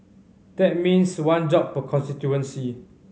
that means one job per constituency